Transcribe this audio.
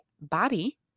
body